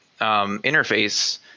interface